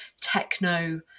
techno